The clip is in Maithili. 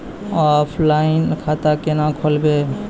ऑनलाइन खाता केना खोलभैबै?